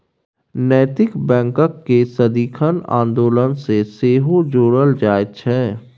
नैतिक बैंककेँ सदिखन आन्दोलन सँ सेहो जोड़ल जाइत छै